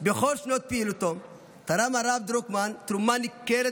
"בכל שנות פעילותו תרם הרב דרוקמן תרומה ניכרת